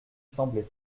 semblait